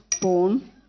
born